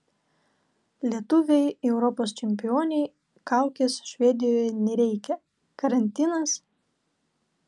lietuvei europos čempionei kaukės švedijoje nereikia karantinas